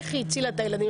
איך היא הצילה את הילדים,